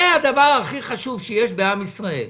זה הדבר הכי חשוב שיש בעם ישראל.